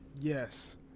yes